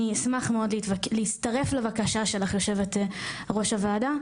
אשמח מאוד להצטרף לבקשה שלך יושבת ראש הוועדה,